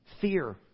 fear